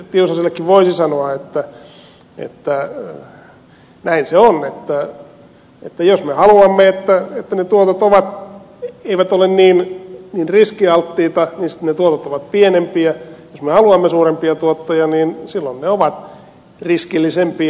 tiusasellekin voisi sanoa että näin se on että jos me haluamme että ne tuotot eivät ole niin riskialttiita niin sitten ne tuotot ovat pienempiä ja jos me haluamme suurempia tuottoja niin silloin ne ovat riskillisempiä